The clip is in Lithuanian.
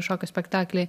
šokio spektaklį